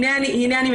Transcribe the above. הנה אני מגיעה.